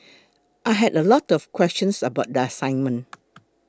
I had a lot of questions about the assignment